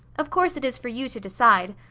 of course it is for you to decide.